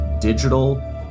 digital